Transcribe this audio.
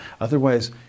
Otherwise